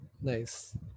Nice